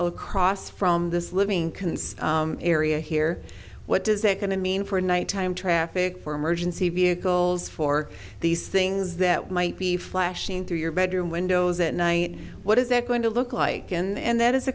across from this living concern area here what does that going to mean for nighttime traffic for emergency vehicles for these things that might be flashing through your bedroom windows at night what is that going to look like and that is a